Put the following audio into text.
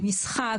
עם משחק,